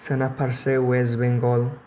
सोनाब फारसे वेस्ट बेंगल